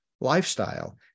lifestyle